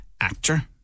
actor